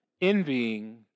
envying